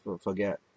forget